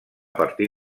partir